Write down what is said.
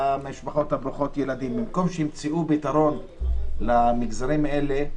למשפחות ברוכות הילדים ובמקום שימצאו פתרון למגזרים האלה,